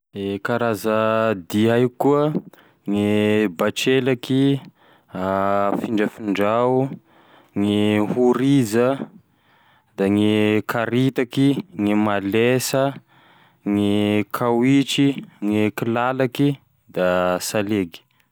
E karaza dia haiko koa gne batrelaky afindrafindrao, gne horiza, da gne karitaky, gne malesa, gne kawitry, gne kilalaky, da salegy.